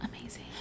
Amazing